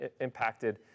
impacted